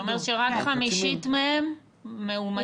זה אומר שרק חמישית מהם מאומתים.